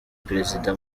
perezida